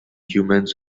humans